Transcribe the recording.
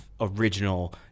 original